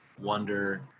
wonder